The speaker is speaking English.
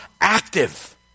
active